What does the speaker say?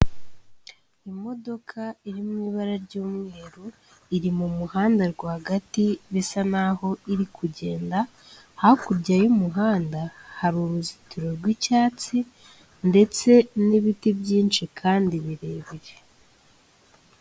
Imodoka iri mu ibara ry'umweru, iri mu muhanda rwagati bisa n'aho iri kugenda, hakurya y'umuhanda hari uruzitiro rw'icyatsi ndetse n'ibiti byinshi kandi birebire.